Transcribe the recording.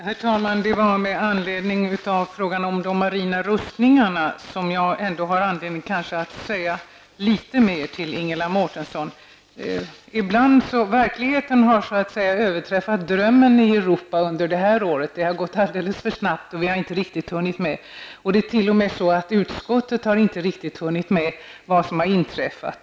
Herr talman! Med anledning av frågan om de marina rustningarna har jag kanske ändå anledning att säga litet mer till Ingela Mårtensson. Verkligheten har överträffat drömmen i Europa under det här året. Det har gått alldeles för snabbt, och vi har inte riktigt hunnit med. Inte heller utskottet har riktigt hunnit med vad som har inträffat.